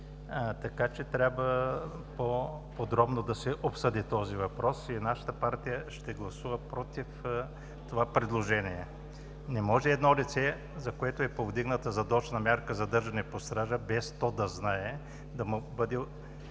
така че трябва по-подробно да се обсъди този въпрос и нашата партия ще гласува „против“ това предложение. Не може едно лице, за което е повдигната задочна мярка „задържане под стража“, без то да знае, да му бъде